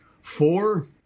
four